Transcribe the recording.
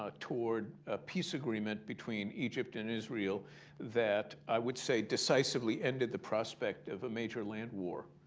ah toward a peace agreement between egypt and israel that, i would say, decisively ended the prospect of a major land war